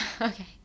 Okay